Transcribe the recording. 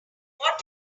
what